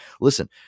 listen